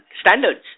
standards